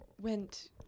went